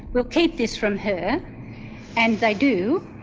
we'll keep this from her and they do.